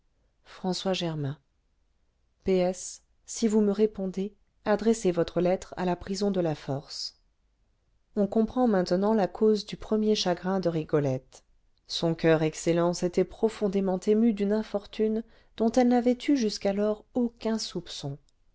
françois germain p s si vous me répondez adressez votre lettre à la prison de la force on comprend maintenant la cause du premier chagrin de rigolette son coeur excellent s'était profondément ému d'une infortune dont elle n'avait eu jusqu'alors aucun soupçon